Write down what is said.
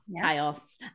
chaos